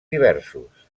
diversos